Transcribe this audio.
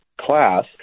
class